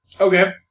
Okay